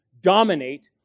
dominate